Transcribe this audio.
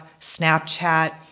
Snapchat